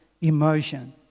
emotion